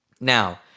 now